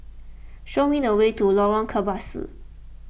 show me the way to Lorong Kebasi